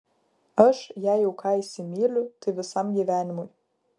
aš jei jau ką įsimyliu tai visam gyvenimui